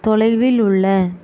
தொலைவில் உள்ள